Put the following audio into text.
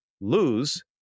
lose